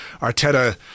Arteta